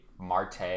Marte